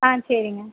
ஆ சரிங்க